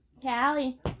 Callie